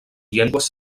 llengües